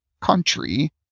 country